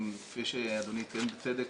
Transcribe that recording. כפי שאדוני ציין בצדק,